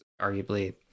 arguably